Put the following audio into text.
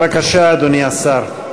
בבקשה, אדוני השר.